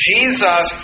Jesus